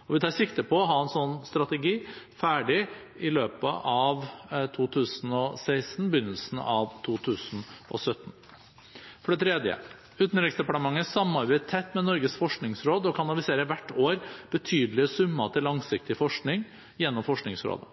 området. Vi tar sikte på å ha strategien ferdig i løpet av 2016 eller i begynnelsen av 2017. For det tredje: Utenriksdepartementet samarbeider tett med Norges forskningsråd og kanaliserer hvert år betydelige summer til langsiktig forskning gjennom Forskningsrådet.